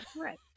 right